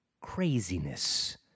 craziness